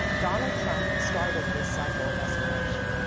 donald trump started this cycle of escalation.